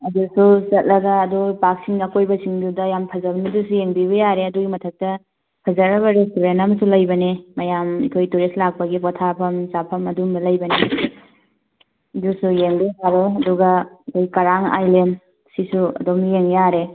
ꯑꯗꯨꯁꯨ ꯆꯠꯂꯒ ꯑꯗꯨ ꯄꯥꯛꯁꯤꯡ ꯑꯀꯣꯏꯕꯁꯤꯡꯗꯨꯗ ꯌꯥꯝ ꯐꯖꯕꯅꯤ ꯑꯗꯨꯁꯨ ꯌꯦꯡꯕꯤꯕ ꯌꯥꯔꯦ ꯑꯗꯨꯒꯤ ꯃꯊꯛꯇ ꯐꯖꯔꯕ ꯔꯦꯁꯇꯨꯔꯦꯟ ꯑꯃꯁꯨ ꯂꯩꯕꯅꯤ ꯃꯌꯥꯝ ꯑꯩꯈꯣꯏ ꯇꯨꯔꯤꯁ ꯂꯥꯛꯄꯒꯤ ꯄꯣꯊꯥꯐꯝ ꯆꯥꯐꯝ ꯑꯗꯨꯝꯕ ꯂꯩꯕꯅꯦ ꯑꯗꯨꯁꯨ ꯌꯦꯡꯕ ꯌꯥꯔꯦ ꯑꯗꯨꯒ ꯑꯩꯈꯣꯏ ꯀꯔꯥꯡ ꯑꯥꯏꯂꯦꯟ ꯁꯤꯁꯨ ꯑꯗꯨꯝ ꯌꯦꯡ ꯌꯥꯔꯦ